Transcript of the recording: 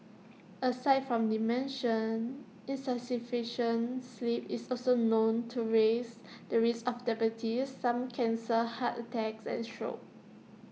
aside from dementia insufficient sleep is also known to raise the risk of diabetes some cancers heart attacks and stroke